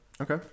Okay